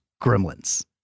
Gremlins